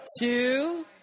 two